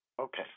Okay